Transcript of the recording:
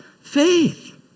faith